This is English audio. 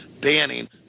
banning